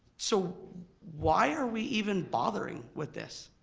so why are we even bothering with this?